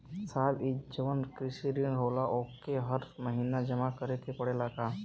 साहब ई जवन कृषि ऋण होला ओके हर महिना जमा करे के पणेला का?